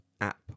app